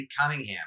Cunningham